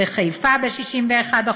בחיפה ב-61%,